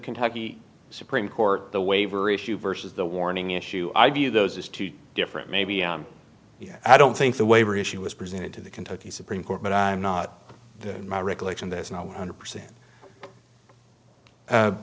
kentucky supreme court the waiver issue versus the warning issue i view those as two different maybe i don't think the waiver issue was presented to the kentucky supreme court but i'm not in my recollection there is not one hundred percent